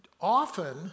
often